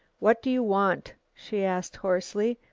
what do you want? she asked hoarsely,